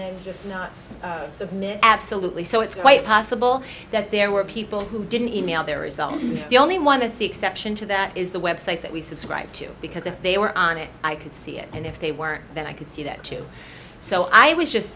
then just not submit absolutely so it's quite possible that there were people who didn't eat me on their results and the only one that's the exception to that is the website that we subscribe to because if they were on it i could see it and if they weren't then i could see that too so i was just